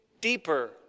deeper